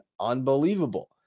unbelievable